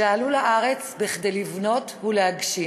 שעלו לארץ כדי לבנות ולהגשים,